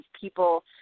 people